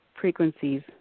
frequencies